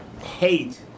hate